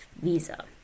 visa